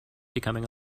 becoming